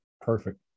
Perfect